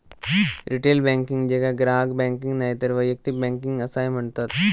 retail banking, जेका ग्राहक banking नायतर वैयक्तिक बँकिंग असाय म्हणतत